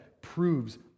proves